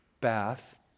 Bath